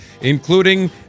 including